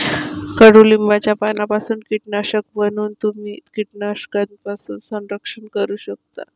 कडुलिंबाच्या पानांपासून कीटकनाशक बनवून तुम्ही कीटकांपासून संरक्षण करू शकता